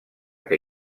que